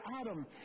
Adam